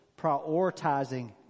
prioritizing